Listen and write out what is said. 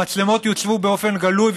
המצלמות יוצבו באופן גלוי,